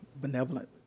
benevolent